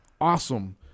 awesome